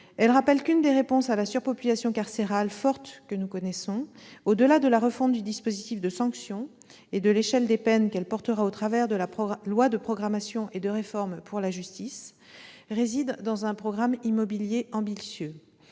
Elle rappelle qu'une des réponses à la surpopulation carcérale forte que nous connaissons, au-delà de la refonte du dispositif de sanction et de l'échelle des peines qu'elle présentera dans le cadre du projet de loi de programmation 2018-2022 et de réforme pour la justice, réside dans un programme immobilier ambitieux